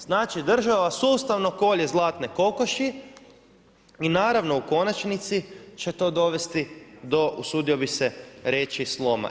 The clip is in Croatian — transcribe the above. Znači, država sustavno kolje zlatne kokoši i naravno u konačnici će to dovesti do, usudio bih se reći, sloma.